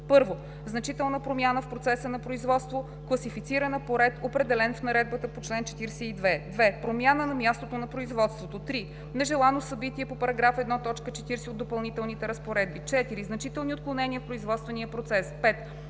1. значителна промяна в процеса на производство, класифицирана по ред, определен в наредбата по чл. 42; 2. промяна на мястото на производство; 3. нежелано събитие по § 1, т. 40 от допълнителните разпоредби; 4. значителни отклонения в производствения процес;